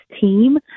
team